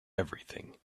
everything